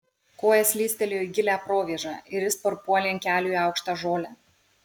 koja slystelėjo į gilią provėžą ir jis parpuolė ant kelių į aukštą žolę